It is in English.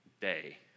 day